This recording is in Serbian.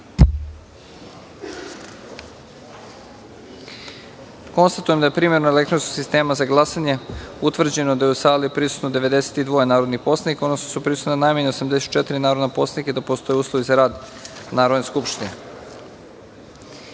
glasanje. Konstatujem da je, primenom elektronskog sistema za glasanje, utvrđeno da je u sali prisutno 92 narodna poslanika, odnosno da su prisutna najmanje 84 narodna poslanika i da postoje uslovi za rad Narodne